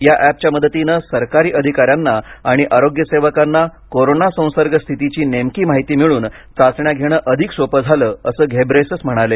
या एपच्या मदतीनं सरकारी अधिकाऱ्यांना आणि आरोग्य सेवकांना कोरोना संसर्गस्थितीची नेमकी माहिती मिळून चाचण्या घेणं अधिक सोपं झालं असं घेब्रेयेसस म्हणाले